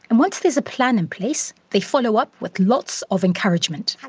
and once there is a plan in place, they follow up with lots of encouragement.